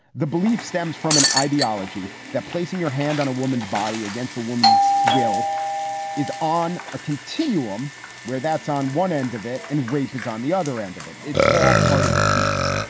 the belief stems from an ideology that placing. her hand on a woman's body against a woman's will is on a continuum where that's on one end of it. and rape is on the other end of it. it's all part of a piece.